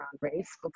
race